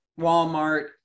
Walmart